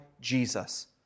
Jesus